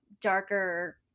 darker